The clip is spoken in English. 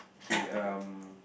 okay um